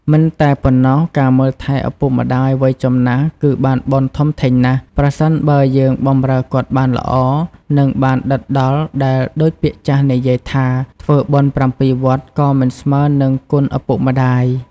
មិនតែប៉ុណ្ណោះការមើលថែឳពុកម្តាយវ័យចំណាស់គឺបានបុណ្យធំធេងណាស់ ប្រសិនបើយើងបម្រើគាត់បានល្អ និងបានដិតដល់ដែលដូចពាក្យចាស់និយាយថាធ្វើបុណ្យប្រាំពីរវត្តក៏មិនស្មើរនឹងគុណឳពុកម្តាយ។